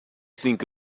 think